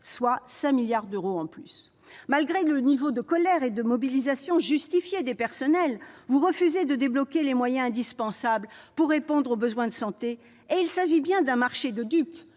soit 5 milliards d'euros de plus. Malgré le niveau de colère et de mobilisation justifié des personnels, vous refusez de débloquer les moyens indispensables pour répondre aux besoins de santé. Il s'agit bien d'un marché de dupes,